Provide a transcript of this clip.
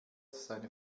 seine